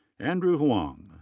andrew huang.